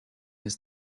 his